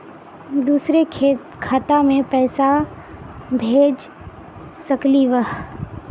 दुसरे खाता मैं पैसा भेज सकलीवह?